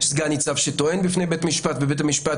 סגן-ניצב שטוען בפני בית משפט ובית משפט,